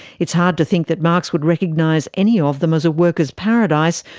it's hard to think that marx would recognise any of them as a workers' paradise,